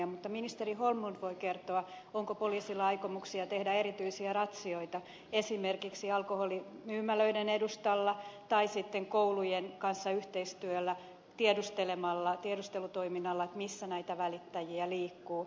mutta ministeri holmlund voi kertoa onko poliisilla aikomuksia tehdä erityisiä ratsioita esimerkiksi alkoholimyymälöiden edustalla tai sitten koulujen kanssa yhteistyötä tiedustelutoiminnalla tiedustelemalla missä näitä välittäjiä liikkuu